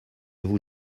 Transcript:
vous